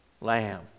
Lamb